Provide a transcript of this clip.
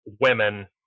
women